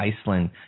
Iceland